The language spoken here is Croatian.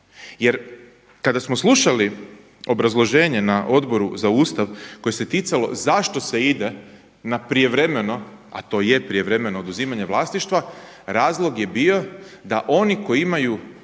Jer kada smo slušali obrazloženje na Odboru za Ustav koje se ticalo zašto se ide na prijevremeno a to i je prijevremeno oduzimanje vlasništva, razlog je bio da oni koji imaju